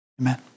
Amen